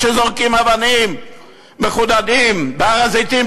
איך שזורקים אבנים מחודדות בהר-הזיתים,